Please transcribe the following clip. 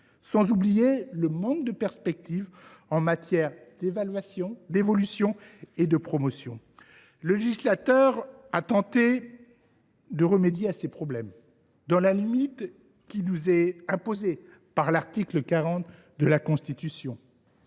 sans oublier le manque de perspective en matière d’évolution et de promotion. Le législateur a tenté de remédier à ces problèmes, dans la limite qui lui est imposée par l’article 40 de la Constitution.